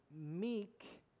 meek